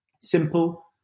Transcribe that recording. simple